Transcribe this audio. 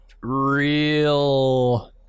real